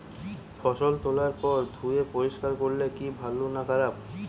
ফসল তোলার পর ধুয়ে পরিষ্কার করলে কি ভালো না খারাপ?